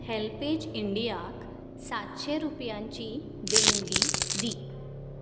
HelpAge इंडियाक सातशें रुपयांची देणगी दी